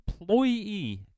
employee